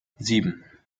sieben